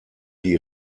die